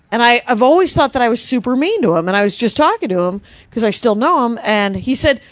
and i have always thought that i was super mean to him. and i was just talking to him, cause i still know him, um and he said,